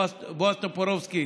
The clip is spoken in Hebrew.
בועז טופורובסקי